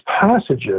passages